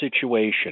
situation